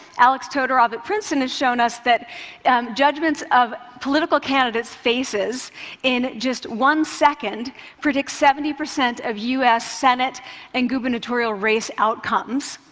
alex todorov at princeton has shown us that judgments of political candidates' faces in just one second predict seventy percent of u s. senate and gubernatorial race outcomes,